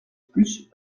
pus